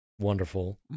wonderful